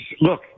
Look